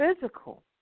physical